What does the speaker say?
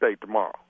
tomorrow